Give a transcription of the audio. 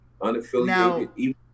Unaffiliated